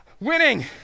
winning